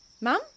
Mum